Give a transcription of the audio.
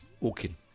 walking